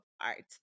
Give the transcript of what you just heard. art